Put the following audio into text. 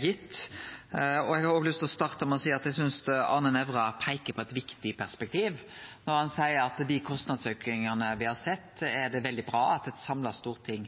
gitt. Eg har òg lyst til å starte med å seie at eg synest Arne Nævra peikar på eit viktig perspektiv når han seier at dei kostnadsaukane me har sett, er det veldig bra at eit samla storting